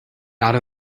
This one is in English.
not